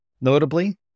Notably